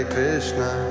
Krishna